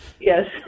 Yes